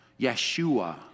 Yeshua